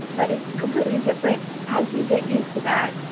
but it's completely different. as you get used to that,